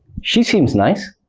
she seems nice,